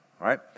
right